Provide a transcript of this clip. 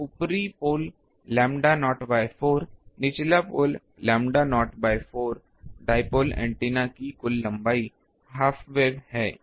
तो ऊपरी pole lambda naught by 4 निचला पोल लैम्ब्डा नॉट बाय 4डाइपोल एंटेना की कुल लंबाई हाफवेव है